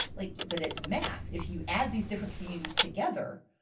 like but it's math. if you add these different communities together,